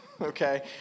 okay